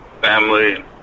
family